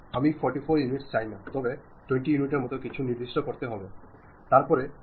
আমি 44 ইউনিট চাই না তবে 20 ইউনিটের মতো কিছু নির্দিষ্ট করতে চাই